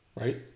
Right